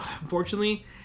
Unfortunately